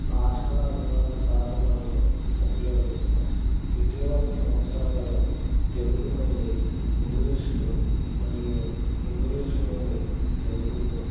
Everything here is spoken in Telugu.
భాష అనువాద సాధనాలను ఉపయోగించడం ఇటివల సంవత్సరాలలో తెలుగు నుండి ఇంగ్లీష్కు మరియు ఇంగ్షీషు నుండి తెలుగుకు